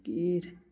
खीर